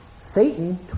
Satan